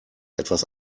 etwas